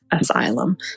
asylum